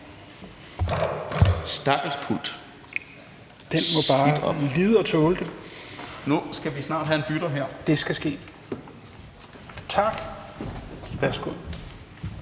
Stakkels pult). Den må bare lide og tåle det. (Malte Larsen (S): Nu skal vi snart have en bytter her). Det skal ske. Værsgo